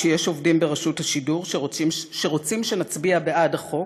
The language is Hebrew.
"שיש עובדים ברשות השידור שרוצים שנצביע בעד החוק"